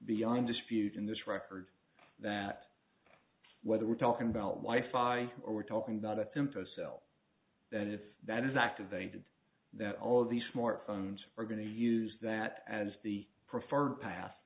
beyond dispute in this record that whether we're talking about wife i or we're talking about a simple cells that if that is activated that all of these smart phones are going to use that as the preferred pas